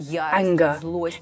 anger